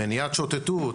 מניעת שוטטות,